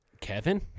Kevin